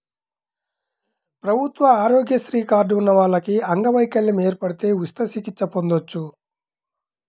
ప్రభుత్వ ఆరోగ్యశ్రీ కార్డు ఉన్న వాళ్లకి అంగవైకల్యం ఏర్పడితే ఉచిత చికిత్స పొందొచ్చు